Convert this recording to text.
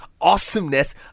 awesomeness